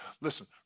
Listen